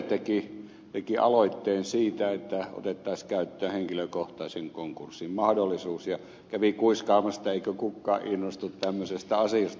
laxell teki aloitteen siitä että otettaisiin käyttöön henkilökohtaisen konkurssin mahdollisuus ja kävi kuiskaamassa että eikö kukaan innostu tämmöisestä asiasta